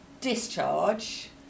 discharge